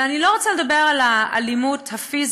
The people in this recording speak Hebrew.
אבל אני לא רוצה לדבר על האלימות הפיזית,